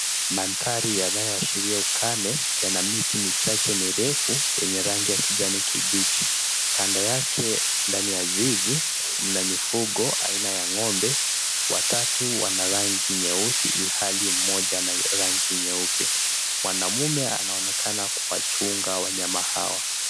Mandhari yanayosharia ukame yana miti michache mirefu yenye rangi ya kijani kibichi, kando yake ndani ya zizi mna mifungo aina ya ng'ombe watatu wana rangi nyeusi ilihali moja ana rangi nyeupe, mwanaume anaonekana kuwachunga wanyama hawa.